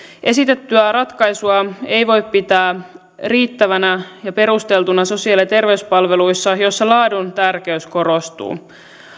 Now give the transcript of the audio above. esitettyä ratkaisua ei voi pitää riittävänä ja perusteltuna sosiaali ja terveyspalveluissa joissa laadun tärkeys korostuu